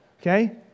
Okay